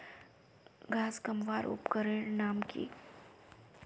घांस कमवार उपकरनेर नाम की?